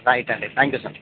right అండి thank you sir